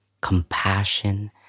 compassion